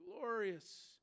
glorious